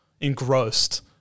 engrossed